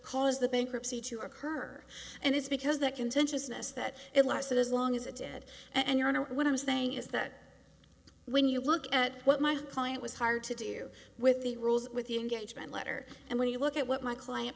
caused the bankruptcy to occur and it's because that contentiousness that it lasted as long as it did and you know what i'm saying is that when you look at what my client was hired to do with the rules with the engagement letter and when you look at what my client